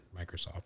Microsoft